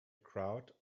crowd